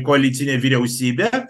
koalicinę vyriausybę